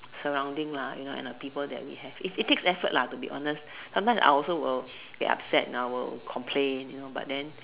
surrounding lah you know and the people that we have it takes effort lah to be honest sometimes I will also will get upset and I will complain you known but then